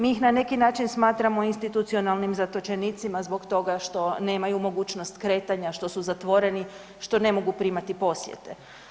Mi ih na neki način smatramo institucionalnim zatočenicima zbog toga što nemaju mogućnost kretanja, što su zatvoreni, što ne mogu primati posjete.